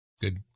Good